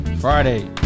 Friday